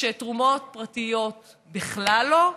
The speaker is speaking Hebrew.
שתרומות פרטיות בכלל לא,